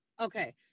okay